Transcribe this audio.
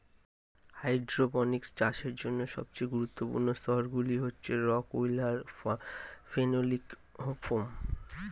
hydroponics চাষের জন্য সবচেয়ে গুরুত্বপূর্ণ স্তরগুলি হচ্ছে রক্ উল আর ফেনোলিক ফোম